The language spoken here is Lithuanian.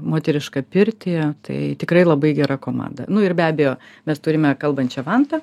moterišką pirtį tai tikrai labai gera komanda nu ir be abejo mes turime kalbančią vantą